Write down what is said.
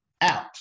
out